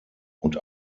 und